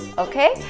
okay